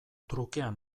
trukean